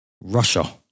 Russia